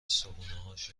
صبحونههاش